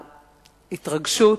ההתרגשות,